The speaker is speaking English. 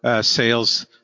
Sales